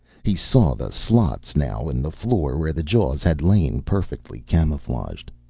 he saw the slots now, in the floor where the jaws had lain, perfectly camouflaged.